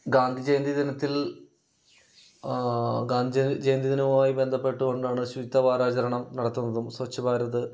ഗാന്ധി ജയന്തി ദിനത്തിൽ ഗാന്ധി ജ ജയന്തി ദിനവുമായി ബന്ധപ്പെട്ടുക്കൊണ്ടാണ് ശുചിത്വ വാരാചരണം നടത്തുന്നതും സ്വച്ഛ് ഭാരത്